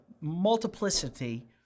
multiplicity